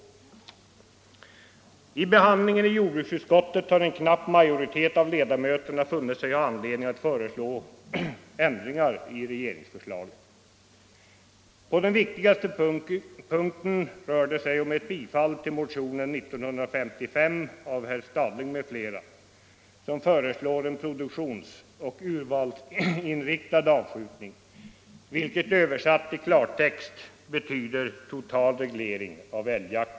Under behandlingen i jordbruksutskottet har en knapp majoritet av ledamöterna funnit sig ha anledning att föreslå ändringar i regeringsförslaget. På den viktigaste punkten rör det sig om ett bifall till motionen 1955 av herr Stadling m.fl., som föreslår en produktionsoch urvalsinriktad avskjutning, vilket översatt i klartext betyder total reglering av älgjakten.